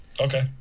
okay